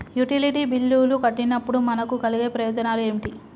Utility బిల్లులు కట్టినప్పుడు మనకు కలిగే ప్రయోజనాలు ఏమిటి?